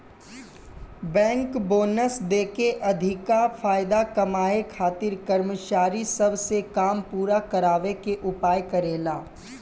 bank bonus देके अधिका फायदा कमाए खातिर कर्मचारी सब से काम पूरा करावे के उपाय करेले